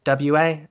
WA